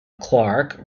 clark